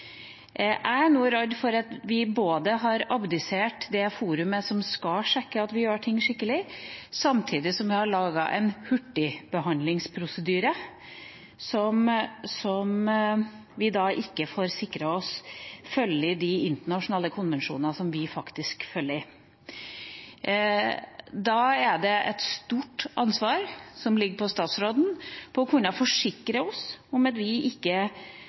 Jeg er redd for at vi nå har abdisert det forumet som skal sjekke at vi gjør ting skikkelig, samtidig som vi har laget en hurtigbehandlingsprosedyre, som vi ikke får sikret oss følger de internasjonale konvensjonene som vi faktisk skal følge. Det er et stort ansvar som ligger på statsråden, som må kunne forsikre oss om at vi